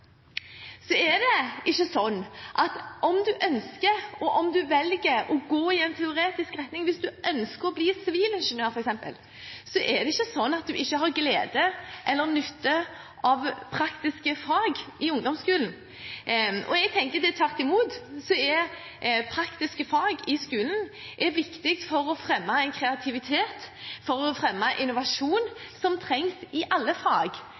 Og om du velger å gå i en teoretisk retning – hvis du f.eks. ønsker å bli sivilingeniør – så er det ikke slik at du ikke har glede eller nytte av praktiske fag i ungdomsskolen. Jeg tenker at det er tvert imot, at praktiske fag i skolen er viktig for å fremme en kreativitet, for å fremme innovasjon, som trengs i alle fag